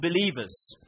believers